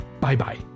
Bye-bye